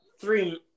three